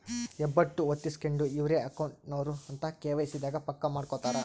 ಹೆಬ್ಬೆಟ್ಟು ಹೊತ್ತಿಸ್ಕೆಂಡು ಇವ್ರೆ ಅಕೌಂಟ್ ನವರು ಅಂತ ಕೆ.ವೈ.ಸಿ ದಾಗ ಪಕ್ಕ ಮಾಡ್ಕೊತರ